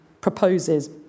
proposes